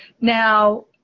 Now